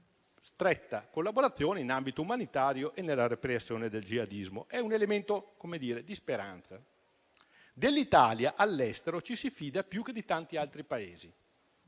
una stretta collaborazione in ambito umanitario e nella repressione del jihadismo. È, per così dire, un elemento di speranza. Dell'Italia all'estero ci si fida più che di tanti altri Paesi.